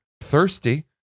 thirsty